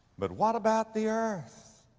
but what about the earth?